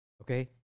Okay